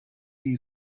die